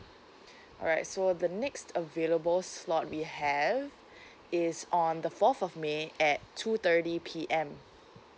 alright so the next available slot we have is on the fourth of may at two thirty P_M